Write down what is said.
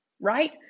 Right